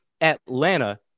Atlanta